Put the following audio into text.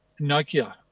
Nokia